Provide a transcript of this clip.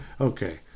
Okay